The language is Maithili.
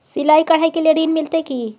सिलाई, कढ़ाई के लिए ऋण मिलते की?